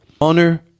Honor